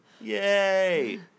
Yay